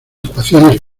ecuaciones